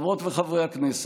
חברות וחברי הכנסת,